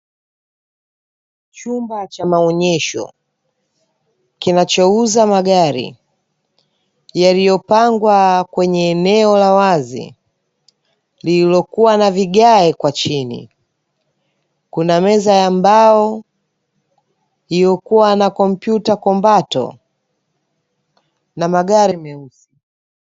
Chumba cha maonesho, kinachouza magari yaliyopangwa kwenye eneo la wazi lililokuwa na vigae kwa chini, kuna meza ya mbao iliyokuwa na compyuta kumbato na magari meusi.